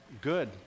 good